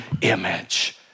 image